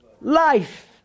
life